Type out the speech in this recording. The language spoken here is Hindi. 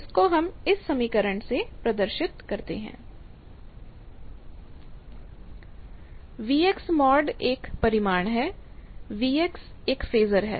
इसको हम इस समीकरण से प्रदर्शित करते हैं एक परिमाण है एक फेजर है